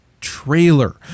trailer